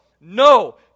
no